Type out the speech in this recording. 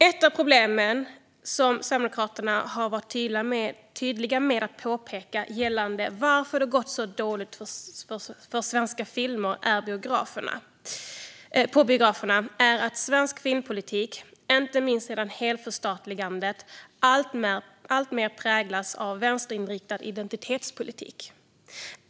Ett av de problem som Sverigedemokraterna har varit tydliga med att påpeka gällande att det gått så dåligt för svenska filmer på biograferna är att svensk filmpolitik, inte minst sedan helförstatligandet, alltmer präglas av vänsterinriktad identitetspolitik.